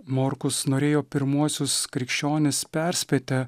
morkus norėjo pirmuosius krikščionis perspėti